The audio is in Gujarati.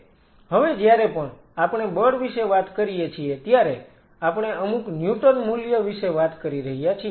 હવે જ્યારે પણ આપણે બળ વિશે વાત કરીએ છીએ ત્યારે આપણે અમુક ન્યૂટન મૂલ્ય વિશે વાત કરી રહ્યા છીએ